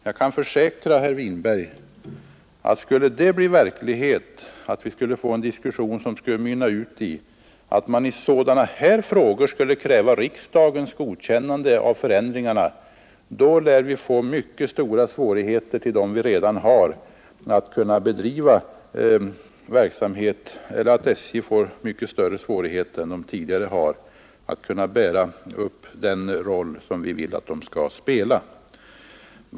Jag kan försäkra herr Winberg att om vi verkligen skulle få en diskussion som mynnade ut i att man i sådana här frågor skulle kräva riksdagens godkännande av förändringarna, så lär SJ få mycket större svårigheter än företaget tidigare har att kunna bära upp den roll som vi vill att SJ skall spela.